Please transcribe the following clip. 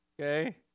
Okay